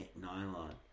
nylon